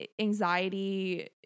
anxiety